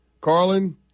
Carlin